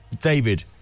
David